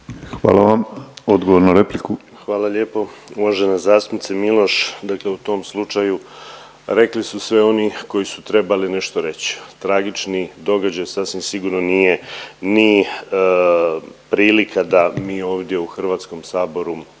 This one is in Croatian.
**Piletić, Marin (HDZ)** Hvala lijepo uvažena zastupnice Miloš dakle o tom slučaju rekli su sve oni koji su trebali nešto reći. Tragični događaj sasvim sigurno nije ni prilika da mi ovdje u HS-u